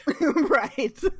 Right